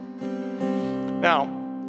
Now